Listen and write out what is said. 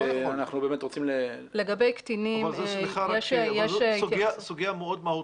רק סליחה, אבל זו סוגיה מאוד מהותית.